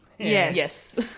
Yes